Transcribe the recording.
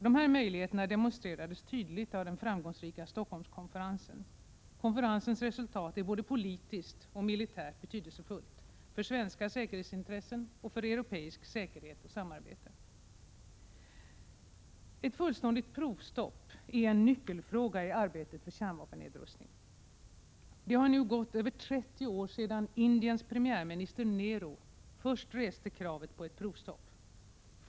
Dess möjligheter demonstrerades tydligt av den framgångsrika Stockholmskonferensen. Konferensens resultat är både politiskt och militärt betydelsefullt, för svenska säkerhetsintressen och för europeisk säkerhet och samarbete. Ett fullständigt provstopp är en nyckelfråga i arbetet för kärnvapennedrustning. Det har nu gått över 30 år sedan Indiens premiärminister Nehru först reste kravet på ett provstopp.